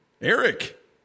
Eric